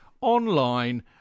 online